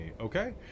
Okay